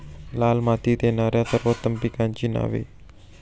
लाल मातीत येणाऱ्या सर्वोत्तम पिकांची नावे?